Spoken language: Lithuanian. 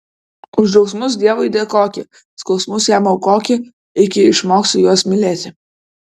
už džiaugsmus dievui dėkoki skausmus jam aukoki iki išmoksi juos mylėti